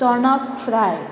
चोणक फ्राय